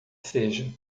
seja